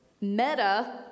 meta